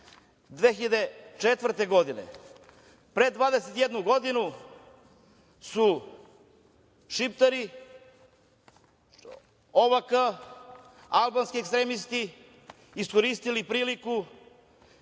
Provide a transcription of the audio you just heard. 2004. godine, pre 21 godinu su šiptari, OVK, albanski ekstremisti iskoristili priliku